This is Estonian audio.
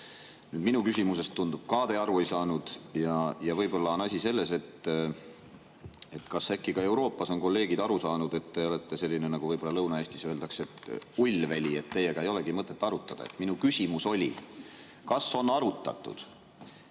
aru. Minu küsimusest, tundub, ka te aru ei saanud, ja võib-olla on asi selles, et kas äkki ka Euroopas on kolleegid aru saanud, et te olete selline, nagu Lõuna-Eestis öeldakse, ull veli, et teiega ei olegi mõtet arutada. Minu küsimus oli: kas on arutatud,